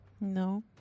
No